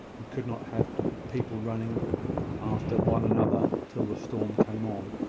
he could not have people running after one another till the storm came on.